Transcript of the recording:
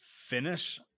finish